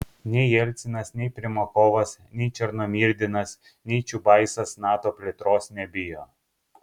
nei jelcinas nei primakovas nei černomyrdinas nei čiubaisas nato plėtros nebijo